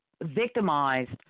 victimized